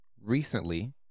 recently